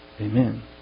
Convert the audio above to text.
Amen